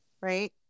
right